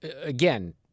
again